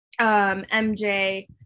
MJ